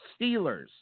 Steelers